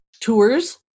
tours